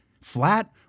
Flat